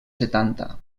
setanta